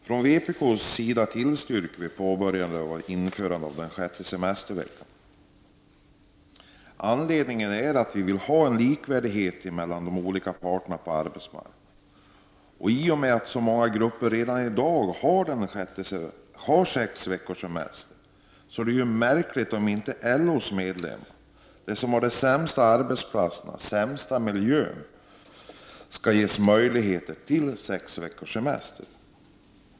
Herr talman! Vi i vpk tillstyrker att ett införande av den sjätte semesterveckan påbörjas. Anledningen är att vi vill ha likvärdighet mellan de olika parterna på arbetsmarknaden. I och med att så många grupper redan i dag har sex veckors semester vore det märkligt om inte även LO:s medlemmar, som har den sämsta miljön på arbetsplatserna, skulle ges möjlighet till sex veckors semester.